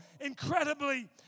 incredibly